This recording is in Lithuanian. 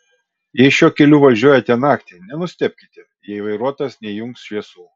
jei šiuo keliu važiuojate naktį nenustebkite jei vairuotojas neįjungs šviesų